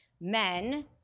men